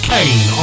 Kane